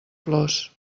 plors